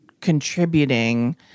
contributing